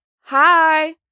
hi